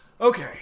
Okay